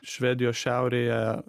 švedijos šiaurėje